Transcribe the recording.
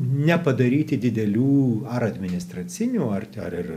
nepadaryti didelių ar administracinių ar ar ir